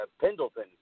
Pendleton